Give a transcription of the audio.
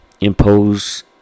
impose